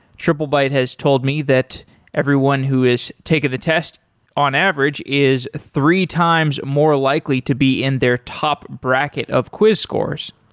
triplebyte has told me that everyone who has taken the test on average is three times more likely to be in their top bracket of quiz course.